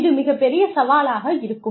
இது மிகப்பெரிய சவாலாக இருக்கும்